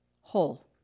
whole